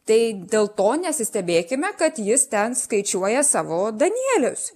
tai dėl to nesistebėkime kad jis ten skaičiuoja savo danielius